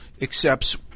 accepts